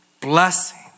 blessing